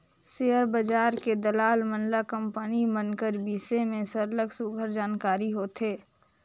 share बजार के दलाल मन ल कंपनी मन कर बिसे में सरलग सुग्घर जानकारी होथे